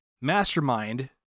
mastermind